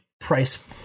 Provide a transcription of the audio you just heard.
price